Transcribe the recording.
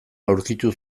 aurkitu